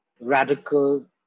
radical